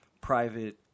private